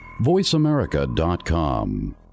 voiceamerica.com